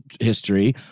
history